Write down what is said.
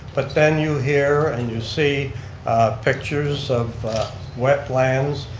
but then you hear and you see pictures of wetlands,